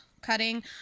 cutting